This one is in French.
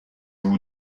vous